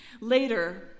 Later